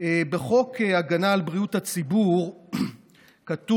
בחוק הגנה על בריאות הציבור כתוב: